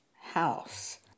house